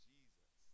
Jesus